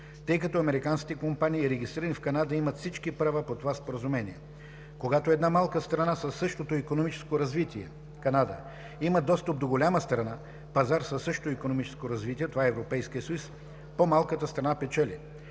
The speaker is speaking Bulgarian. тъй като американските компании, регистрирани в Канада, имат всички права по това споразумение. Когато една малка страна, със същото икономическо развитие – Канада, има достъп до голяма страна, пазар със същото икономическо развитие – това е Европейският съюз, по-малката страна печели.